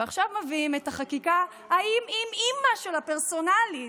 ועכשיו מביאים את החקיקה האמ-אימא של הפרסונלית,